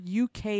UK